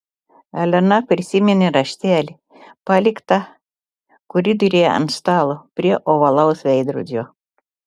elena prisiminė raštelį paliktą koridoriuje ant stalo prie ovalaus veidrodžio